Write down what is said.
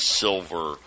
silver